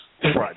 Friday